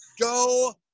Go